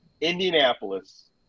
Indianapolis